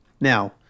Now